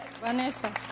Vanessa